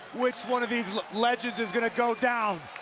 which one of these legends is gonna go down?